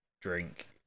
drink